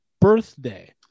birthday